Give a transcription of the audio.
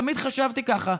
תמיד חשבתי ככה.